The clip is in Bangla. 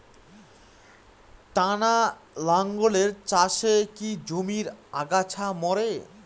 টানা লাঙ্গলের চাষে কি জমির আগাছা মরে?